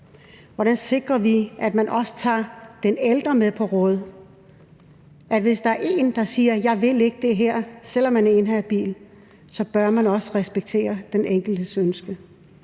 Hvordan sikrer vi, at man også tager den ældre med på råd? Hvis der en, der siger, at man ikke vil det her, selv om man er inhabil, så bør den enkeltes ønske